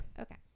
Okay